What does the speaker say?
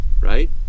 right